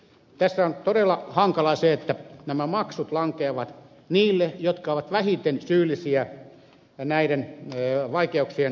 tässä on todella hankalaa se että nämä maksut lankeavat niille jotka ovat vähiten syyllisiä näiden vaikeuksien syntymiseen